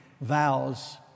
vows